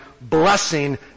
blessing